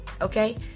Okay